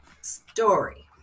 story